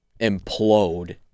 implode